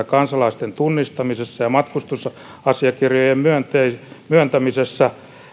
kansalaisten tunnistamisessa ja matkustusasiakirjojen myöntämisessä